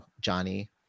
Johnny